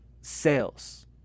sales